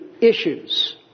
issues